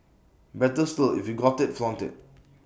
better still if you've got IT flaunt IT